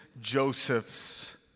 Joseph's